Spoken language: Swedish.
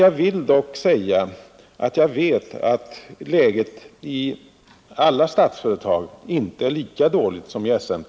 Jag vill dock säga att jag vet att läget i alla statsföretag inte är lika dåligt som i SMT.